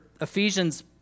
Ephesians